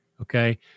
Okay